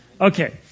Okay